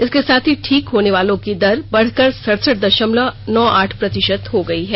इसके साथ ही ठीक होने वालों की दर बढकर सड़सठ दशमलव नौ आठ प्रतिशत हो गई है